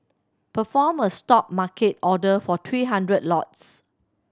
perform a Stop market order for three hundred lots